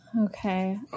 okay